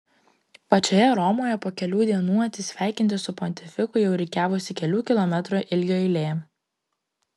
pačioje romoje po kelių dienų atsisveikinti su pontifiku jau rikiavosi kelių kilometrų ilgio eilė